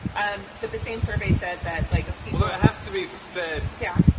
um but the same survey said that like of people, it has to be said yeah.